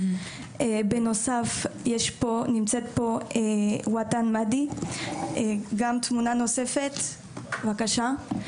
בנוסף נמצאת פה וטן מאדי, גם תמונה נוספת, בבקשה.